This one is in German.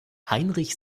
heinrich